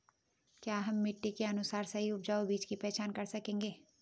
क्या हम मिट्टी के अनुसार सही उपजाऊ बीज की पहचान कर सकेंगे?